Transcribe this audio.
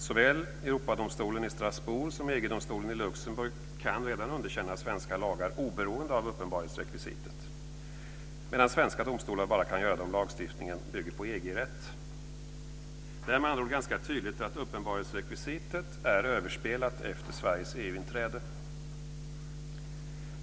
Såväl Europadomstolen i Strasbourg som EG-domstolen i Luxemburg kan redan underkänna svenska lagar oberoende av uppenbarhetsrekvisitet, medan svenska domstolar bara kan göra det om lagstiftningen bygger på EG-rätt. Det är med andra ord ganska tydligt att uppenbarhetsrekvisitet är överspelat efter Sveriges EU-inträde.